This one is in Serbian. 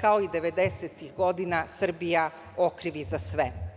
kao i devedesetih godina Srbija okrivi za sve.